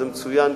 זה מצוין,